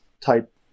type